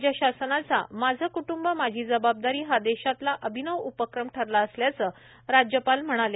राज्य शासनाचा माझं क्टुंब माझी जबाबदारी हा देशातला अभिनव उपक्रम ठरला असल्याचं राज्यपाल म्हणाले